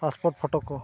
passport photo ᱠᱚ